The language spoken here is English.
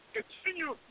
continue